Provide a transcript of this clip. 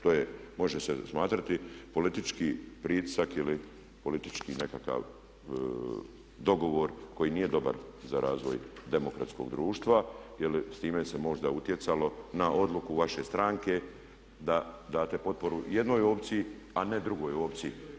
To može se smatrati politički pritisak ili politički nekakav dogovor koji nije dobar za razvoj demokratskog društva jer s time se možda utjecalo na odluku vaše stranke da date potporu jednoj opciji a ne drugoj opciji.